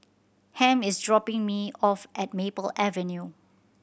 Ham is dropping me off at Maple Avenue